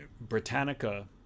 Britannica